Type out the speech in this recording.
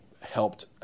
helped